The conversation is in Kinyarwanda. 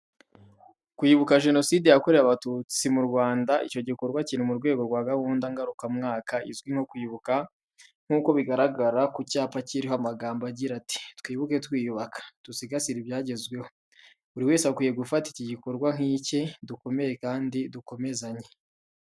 Kwibuka Jenoside yakorewe Abatutsi mu Rwanda. Icyo gikorwa kiri mu rwego rwa gahunda ngarukamwaka izwi nko kwibuka nk’uko bigaragara ku cyapa kiriho amagambo agira ati:"Twibuke twiyubaka." Dusigasira ibyagezweho. Buri wese akwiye gufata iki gikorwa nk'icye. Dukomere kandi dukomezanye.